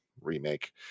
Remake